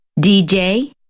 DJ